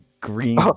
green